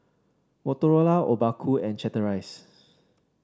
Motorola Obaku and Chateraise